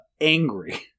angry